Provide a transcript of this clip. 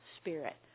Spirit